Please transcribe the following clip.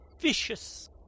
vicious